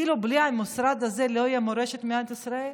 כאילו בלי המשרד הזה לא תהיה מורשת במדינת ישראל?